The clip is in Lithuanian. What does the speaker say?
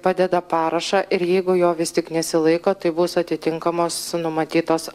padeda parašą ir jeigu jo vis tik nesilaiko tai bus atitinkamos numatytos